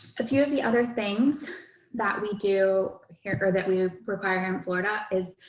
a few of the other things that we do here, or that we require in florida is,